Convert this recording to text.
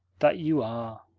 that you are.